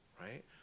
right